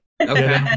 okay